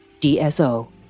DSO